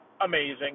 amazing